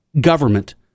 government